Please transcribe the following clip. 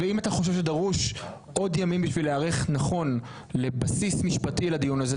אם אתה חושב שדרושים עוד ימים כדי להיערך נכון לבסיס משפטי לדיון הזה,